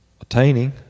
attaining